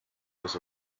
was